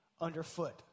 underfoot